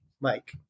Mike